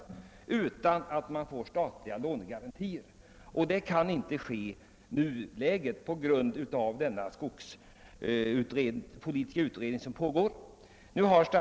Härför fordras statliga lånegarantier, och det kan man inte få i nuläget på grund av att skogspolitiska kommittén håller på med sitt arbete.